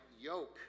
yoke